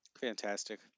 fantastic